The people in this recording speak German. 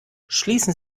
schließen